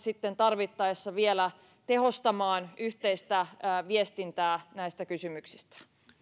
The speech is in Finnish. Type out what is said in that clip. tarvittaessa vielä tehostamaan yhteistä viestintää näistä kysymyksistä